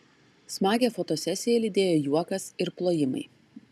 smagią fotosesiją lydėjo juokas ir plojimai